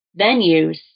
venues